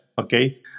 okay